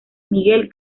miguel